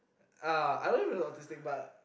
uh I don't even know if he was autistic but